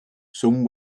some